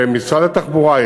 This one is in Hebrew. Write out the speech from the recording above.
משרד התחבורה,